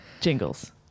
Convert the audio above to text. Jingles